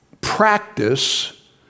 practice